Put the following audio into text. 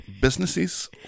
businesses